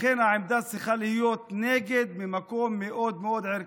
לכן, העמדה צריכה להיות נגד ממקום מאוד מאוד ערכי.